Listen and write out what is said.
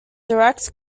direct